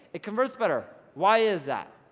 it converts better. why is that?